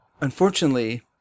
unfortunately